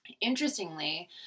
Interestingly